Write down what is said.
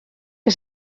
que